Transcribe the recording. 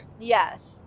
yes